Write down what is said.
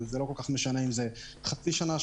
ולא משנה אם זה חצי שנה,